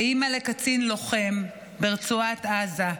כאימא לקצין לוחם ברצועת עזה: